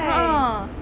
a'ah